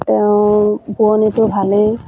তেওঁৰ বোৱনীটো ভালেই